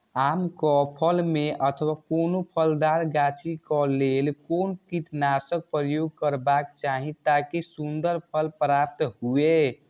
आम क फल में अथवा कोनो फलदार गाछि क लेल कोन कीटनाशक प्रयोग करबाक चाही ताकि सुन्दर फल प्राप्त हुऐ?